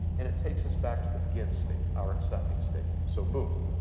and it takes us back to the begin state, our accepting state. so, boom.